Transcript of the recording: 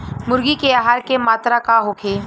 मुर्गी के आहार के मात्रा का होखे?